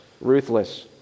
ruthless